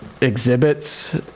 exhibits